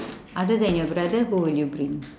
other than your brother who will you bring